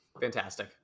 Fantastic